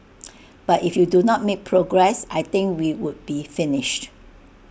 but if you do not make progress I think we would be finished